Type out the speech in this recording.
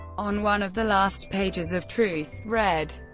on one of the last pages of truth red,